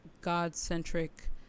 god-centric